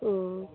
ओ